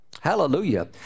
Hallelujah